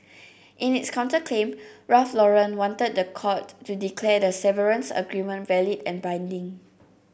in its counterclaim Ralph Lauren want the court to declare the severance agreement valid and binding